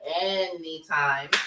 anytime